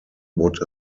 would